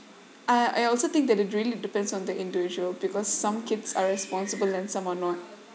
uh I also think that it really depends on the individual because some kids are responsible and some are not